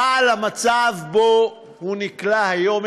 אבל המצב שאליו הוא נקלע היום,